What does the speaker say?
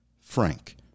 frank